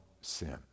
sin